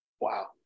Wow